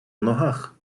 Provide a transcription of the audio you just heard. ногах